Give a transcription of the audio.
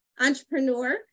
entrepreneur